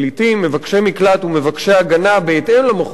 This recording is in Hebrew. מבקשי מקלט ומבקשי הגנה בהתאם למחויבויות